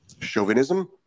chauvinism